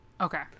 okay